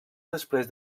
després